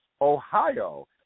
Ohio